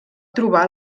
trobar